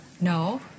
No